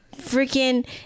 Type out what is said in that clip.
freaking